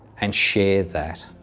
and share that,